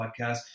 podcast